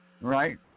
Right